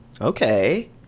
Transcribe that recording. okay